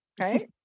Right